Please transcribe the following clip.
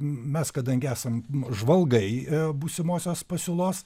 mes kadangi esam žvalgai būsimosios pasiūlos